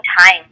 time